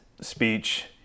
speech